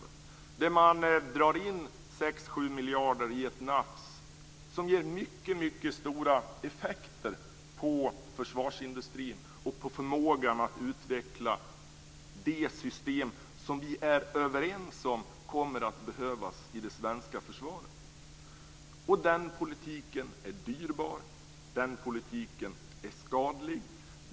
Man drar i ett nafs in 6-7 miljarder, vilket ger mycket stora effekter för försvarsindustrin och förmågan att utveckla de system vi är överens om kommer att behövas i det svenska försvaret. Den politiken är dyrbar. Den politiken är skadlig.